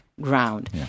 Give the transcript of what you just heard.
ground